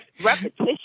Repetition